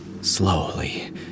Slowly